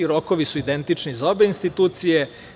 Rokovi su identični za obe institucije.